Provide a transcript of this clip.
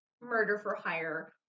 murder-for-hire